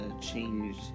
change